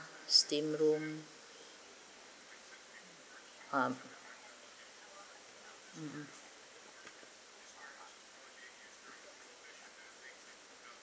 steam room um mm mm